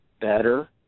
better